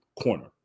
corner